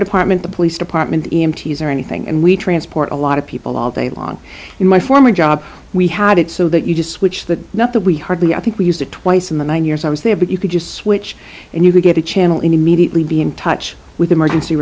department the police department empties or anything and we transport a lot of people all day long in my former job we had it so that you just switched the not that we hardly i think we used it twice in the nine years i was there but you could just switch and you could get a channel immediately be in touch with emergency